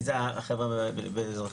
ומי זה החבר'ה באזרחי?